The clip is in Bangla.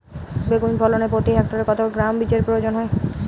বেগুন ফলনে প্রতি হেক্টরে কত গ্রাম বীজের প্রয়োজন হয়?